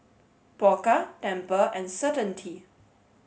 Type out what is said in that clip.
Pokka Tempur and Certainty